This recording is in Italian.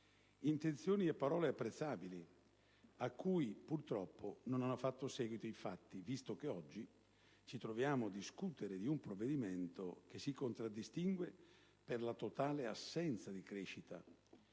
Intenzioni e parole apprezzabili, alle quali purtroppo non sono seguiti i fatti, visto che oggi ci troviamo a discutere di un provvedimento che si contraddistingue per la totale assenza di crescita,